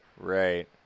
Right